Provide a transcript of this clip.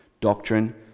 doctrine